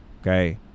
okay